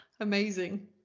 amazing